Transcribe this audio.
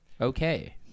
okay